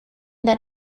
that